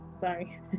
Sorry